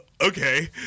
okay